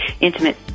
intimate